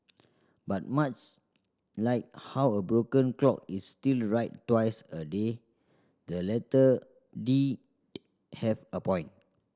but much like how a broken clock is still right twice a day the letter did have a point